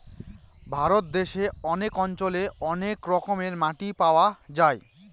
ভারত দেশে অনেক অঞ্চলে অনেক রকমের মাটি পাওয়া যায়